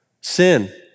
sin